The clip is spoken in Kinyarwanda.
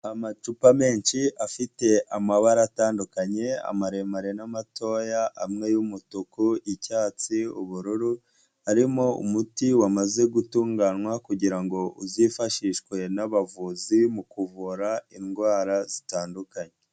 Amacupa menshi afite amabara atandukanye, amaremare n'amatoya, amwe y'umutuku, icyatsi, ubururu, harimo umuti wamaze gutunganywa kugira ngo uzifashishwe n'abavuzi mu kuvura indwara zitandukanye.